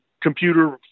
computer